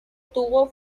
tuvo